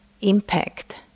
impact